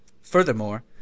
furthermore